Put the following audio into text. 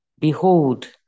Behold